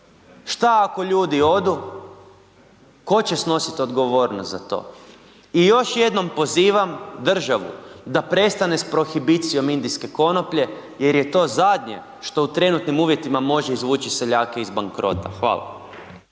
što ako ljudi odu? Tko će snositi odgovornost za to? I još jednom pozivam državu da prestane s prohibicijom indijske konoplje jer je to zadnje što u trenutnim uvjetima može izvući seljake iz bankrota. Hvala.